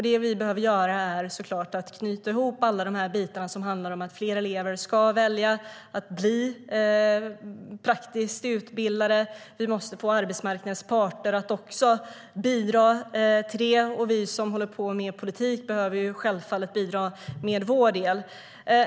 Det vi behöver göra är att knyta samman alla dessa delar för att fler elever ska välja praktiskt utbildning. Vi måste få arbetsmarknadens parter att också bidra till det. Vi som håller på med politik behöver självfallet bidra med vår del.